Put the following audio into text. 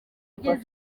iki